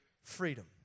freedom